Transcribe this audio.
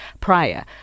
prior